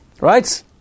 right